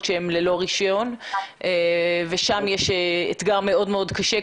שהן ללא רישיון ושם יש אתגר מאוד מאוד קשה.